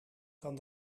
kan